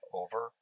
over